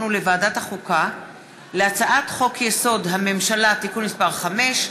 ולוועדת החוקה להצעת חוק-יסוד: הממשלה (תיקון מס' 5)